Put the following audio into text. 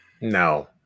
No